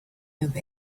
move